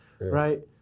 right